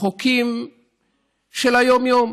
חוקים של היום-יום.